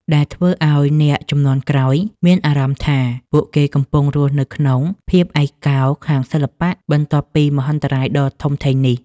ដែលធ្វើឲ្យអ្នកជំនាន់ក្រោយមានអារម្មណ៍ថា ពួកគេកំពុងរស់នៅក្នុងភាពឯកោខាងសិល្បៈ បន្ទាប់ពីមហន្តរាយដ៏ធំធេងនេះ។